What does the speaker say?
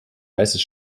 weißes